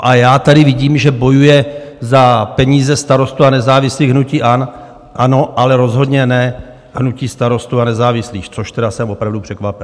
A já tady vidím, že bojuje za peníze starostů a nezávislých hnutí ANO, ale rozhodně ne hnutí Starostů a nezávislých, což tedy jsem opravdu překvapen!